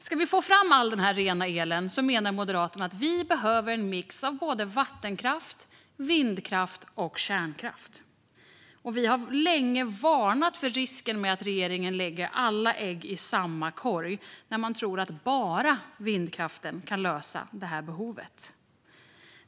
Om vi ska få fram all den här rena elen menar Moderaterna att vi behöver en mix av både vattenkraft, vindkraft och kärnkraft. Vi har länge varnat för risken med att regeringen lägger alla ägg i samma korg och tror att bara vindkraften kan lösa behovet.